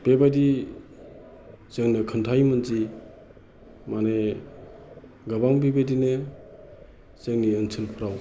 बेबायदि जोंनो खिनथायोमोन दि माने गोबां बेबायदिनो जोंनि ओनसोलफोराव